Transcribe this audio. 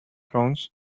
thrones